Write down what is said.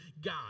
God